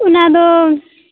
ᱚᱱᱟ ᱫᱚ